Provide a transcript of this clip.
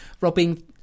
Robbing